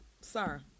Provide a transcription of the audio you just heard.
sir